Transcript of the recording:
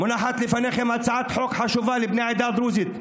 מונחת לפניכם הצעת חוק חשובה לבני העדה הדרוזית.